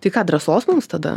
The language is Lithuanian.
tai ką drąsos mums tada